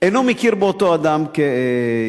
אינו מכיר באותו אדם כיהודי,